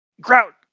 Grout